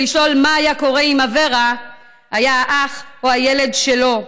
ולשאול מה היה קורה אם אברה היה האח או הילד שלו.